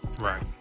Right